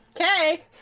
Okay